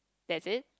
that's it